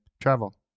travel